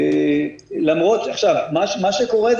מה שקורה,